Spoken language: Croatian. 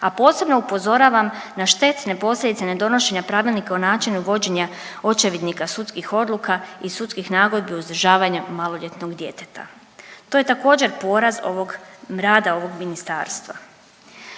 A posebno upozoravam na štetne posljedice ne donošenja pravilnika o načinu vođenja očevidnika sudskih odluka i sudskih nagodbi uzdržavanja maloljetnog djeteta. To je također poraz rada ovog ministarstva.